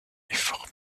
formé